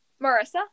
marissa